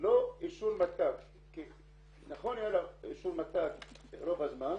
לא אישור --- נכון שהיה לה אישור -- -רוב הזמן,